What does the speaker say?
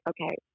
okay